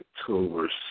October